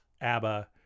ABBA